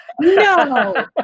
No